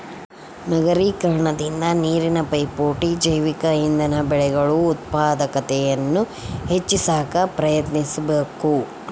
ನಗರೀಕರಣದಿಂದ ನೀರಿನ ಪೈಪೋಟಿ ಜೈವಿಕ ಇಂಧನ ಬೆಳೆಗಳು ಉತ್ಪಾದಕತೆಯನ್ನು ಹೆಚ್ಚಿ ಸಾಕ ಪ್ರಯತ್ನಿಸಬಕು